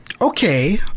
Okay